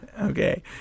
Okay